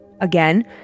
Again